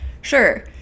Sure